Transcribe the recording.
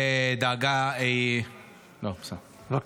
לרשותך שלוש דקות, בבקשה.